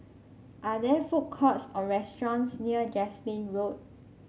are there food courts or restaurants near Jasmine Road